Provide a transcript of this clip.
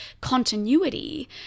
continuity